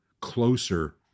closer